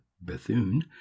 Bethune